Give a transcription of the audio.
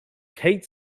kate